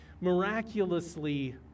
Miraculously